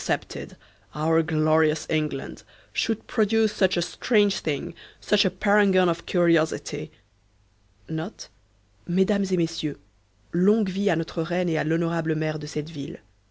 mesdames et messieurs longue vie à notre reine et à l'honorable maire de cette ville